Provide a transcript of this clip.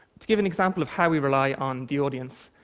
to give an example of how we rely on the audience,